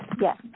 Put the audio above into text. Yes